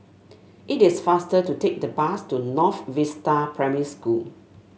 it is faster to take the bus to North Vista Primary School